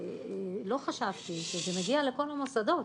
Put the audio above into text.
לא חשבתי שזה מגיע לכל מיני מוסדות.